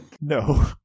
No